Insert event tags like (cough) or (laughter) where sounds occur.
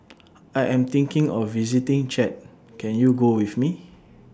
(noise) I Am thinking of visiting Chad Can YOU Go with Me